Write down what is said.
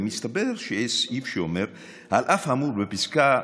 ומסתבר שיש סעיף שאומר: "על אף האמור בפסקה,